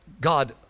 God